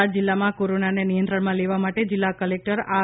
વલસાડ જિલ્લાૂમાં કોરોનાને નિયંત્રણમાં લેવા માટે જિલ્લા કલેકટર આર